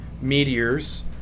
meteors